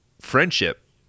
friendship